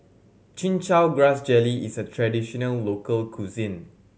Chin Chow Grass Jelly is a traditional local cuisine